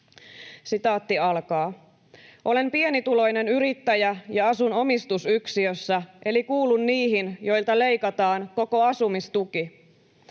pahenisi.” ”Olen pienituloinen yrittäjä ja asun omistusyksiössä eli kuulun niihin, joilta leikataan koko asumistuki.